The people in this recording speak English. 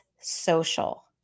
social